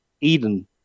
Eden